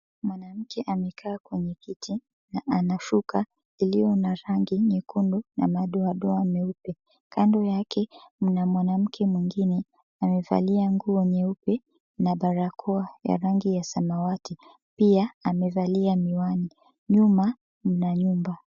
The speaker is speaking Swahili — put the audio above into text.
Mwanamke amekaa kwenye kiti na ana shuka iliyo na rangi nyekundu na madoadoa meupe. Kando yake mna mwanamke mwingine amevalia nguo nyeupe na barakoa ya rangi ya samawati pia amevalia miwani. Nyuma mna nyumba.